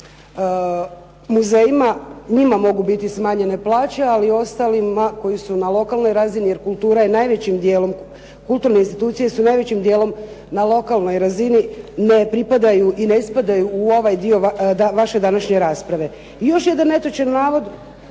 muzejima njima mogu biti smanjene plaće ali ostalima koji su na lokalnoj razini jer kulturne institucije su najvećim djelom na lokalnoj razini ne pripadaju i ne spadaju u ovaj dio vaše današnje rasprave. I još jedan netočan navod,